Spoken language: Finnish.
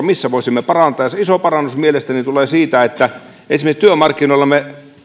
missä voisimme parantaa ja se iso parannus mielestäni tulee siitä että esimerkiksi työmarkkinoilla me